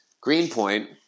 Greenpoint